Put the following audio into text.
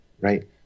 right